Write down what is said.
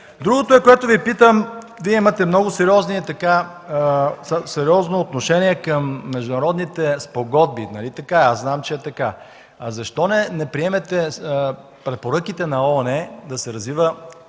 Другото, за което Ви питам – Вие имате много сериозно отношение към международните спогодби. Нали така? Знам, че е така. Защо не приемете препоръките на ООН да се развива